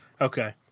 okay